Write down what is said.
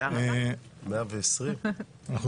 עד 120. תודה רבה.